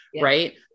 right